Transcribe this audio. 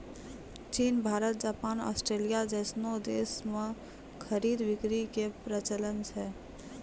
चीन Bharat Japan Australia जैसनो देश मे खरीद बिक्री के प्रचलन छै